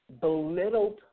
belittled